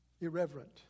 Irreverent